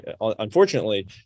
unfortunately